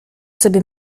sobie